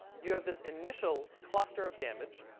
you have this initial cluster of damage,